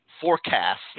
forecast